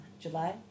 July